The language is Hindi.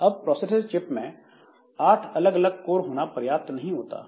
अब प्रोसेसर चिप में आठ अलग अलग कोर होना पर्याप्त नहीं होता है